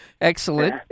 Excellent